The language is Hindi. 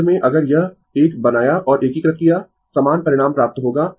अंत में अगर यह एक बनाया और एकीकृत किया समान परिणाम प्राप्त होगा